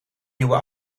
nieuwe